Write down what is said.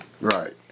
Right